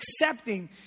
accepting